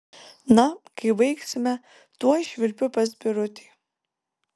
na kai baigsime tuoj švilpiu pas birutį